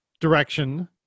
direction